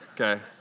okay